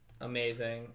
amazing